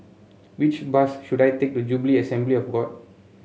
which bus should I take to Jubilee Assembly of God